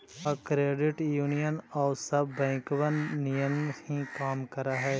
का credit union आउ सब बैंकबन नियन ही काम कर हई?